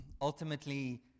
ultimately